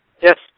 Yes